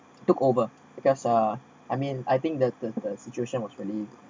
took over because uh I mean I think the the situation was really